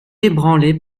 ébranlé